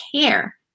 care